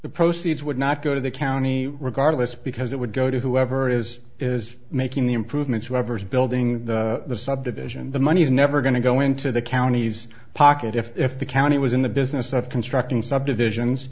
the proceeds would not go to the county regardless because it would go to whoever is is making the improvements whoever is building the subdivision the money is never going to go into the counties pocket if the county was in the business of constructing subdivisions